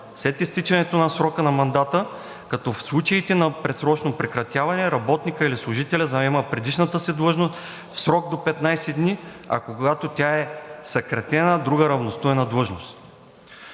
След изтичането на срока на мандата както и в случаите на предсрочно прекратяване работникът или служителят заема предишната си длъжност в срок до 15 дни, а когато тя е съкратена – друга равностойна длъжност.“